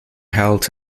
held